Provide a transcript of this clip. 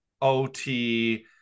OT